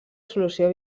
solució